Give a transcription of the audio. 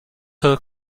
her